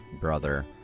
brother